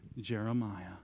Jeremiah